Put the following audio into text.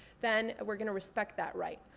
then we're gonna respect that right.